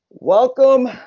Welcome